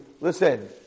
listen